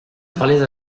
parlez